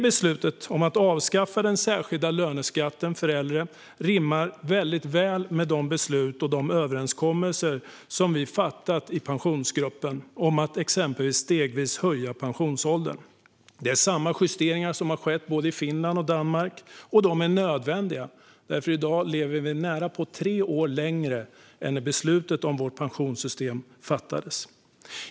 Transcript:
Beslutet att avskaffa den särskilda löneskatten för äldre rimmar väl med de beslut vi har fattat och de överenskommelser vi har slutit i Pensionsgruppen, exempelvis om att stegvis höja pensionsåldern. Det är samma justeringar som har skett i både Danmark och Finland, och de är nödvändiga. I dag lever vi nämligen nära tre år längre än vi gjorde när beslutet om vårt pensionssystem fattades.